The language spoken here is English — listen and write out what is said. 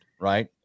Right